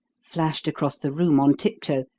flashed across the room on tiptoe,